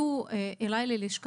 הפניות היו מכמה